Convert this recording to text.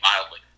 mildly